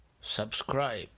Subscribe